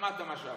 שמעת מה שאמרתי.